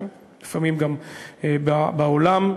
לפעמים גם בעולם,